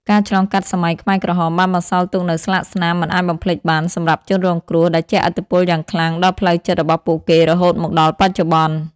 ការឆ្លងកាត់សម័យខ្មែរក្រហមបានបន្សល់ទុកនូវស្លាកស្នាមមិនអាចបំភ្លេចបានសម្រាប់ជនរងគ្រោះ ដែលជះឥទ្ធិពលយ៉ាងខ្លាំងដល់ផ្លូវចិត្តរបស់ពួកគេរហូតមកដល់បច្ចុប្បន្ន។